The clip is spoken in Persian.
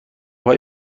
های